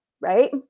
right